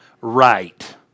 Right